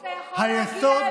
היסוד,